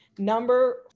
Number